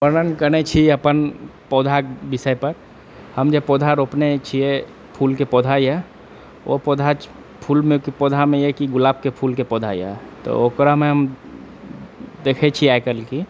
वर्णन कयने छी अपन पौधाके विषय पर हम जे पौधा रोपने छियै फूलके पौधा यऽ ओ पौधा फूलमे पौधामे यऽ कि गुलाबके फूलके पौधा यऽ तऽ ओकरामे देखै छियै आइकाल्हि की